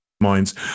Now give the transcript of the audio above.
minds